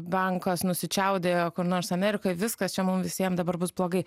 bankas nusičiaudėjo kur nors amerikoj viskas čia mum visiem dabar bus blogai